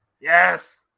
Yes